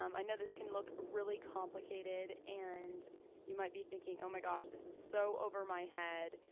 um i know this can look really complicated and you might be thinking oh my gosh, this is so over my head,